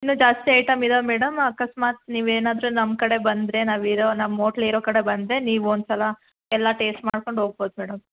ಇನ್ನೂ ಜಾಸ್ತಿ ಐಟಮ್ ಇದಾವೆ ಮೇಡಮ್ ಅಕಸ್ಮಾತ್ ನೀವೇನಾದ್ರೂ ನಮ್ಮ ಕಡೆ ಬಂದರೆ ನಾವಿರೋ ನಮ್ಮ ಓಟ್ಲಿರೋ ಕಡೆ ಬಂದರೆ ನೀವು ಒಂದು ಸಲ ಎಲ್ಲ ಟೇಸ್ಟ್ ಮಾಡ್ಕೊಂಡು ಹೋಗ್ಬೋದ್ ಮೇಡಮ್